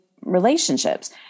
relationships